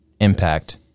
impact